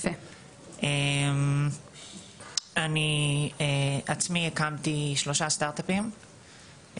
אני עצמי הקמתי שלושה סטארט-אפים,